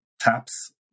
taps